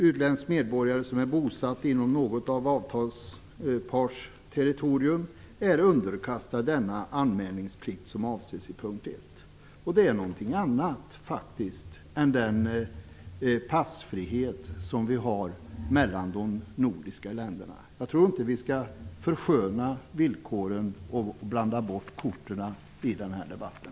Utländsk medborgare som är bosatt inom något av avtalspartsterritorierna är underkastad den anmälningsplikt som avses i punkt 1. Detta är faktiskt någonting annat än den passfrihet som vi har mellan de nordiska länderna. Jag tror inte att vi skall försköna villkoren och blanda ihop korten i den här debatten.